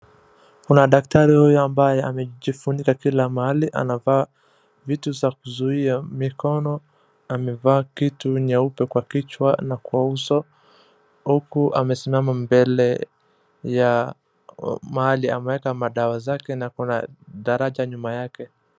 Kuna daktari huyu ambaye amejifunika kila mahali, anavaa vitu za kuzuia mikono, amevaa kitu nyeupe kwa kichwa na kwa uso. Huku amesinama mbele ya mahali, amaeka madawa zake na kuna daraja nyuma yake.